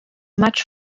much